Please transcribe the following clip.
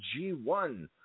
G1